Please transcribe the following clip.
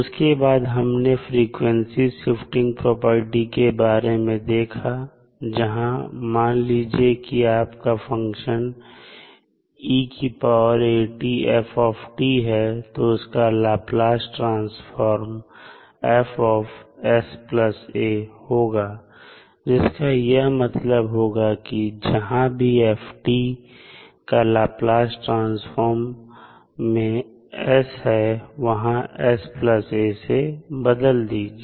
उसके बाद हमने फ्रीक्वेंसी शिफ्टिंग प्रॉपर्टी के बारे में देखा जहां मान लीजिए कि आप का फंक्शन है तो इसका लाप्लास ट्रांसफार्म होगा जिसका यह मतलब होगा कि जहां भी f के लाप्लास ट्रांसफॉर्म में s है वहां उसे sa से बदल दीजिए